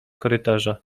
korytarza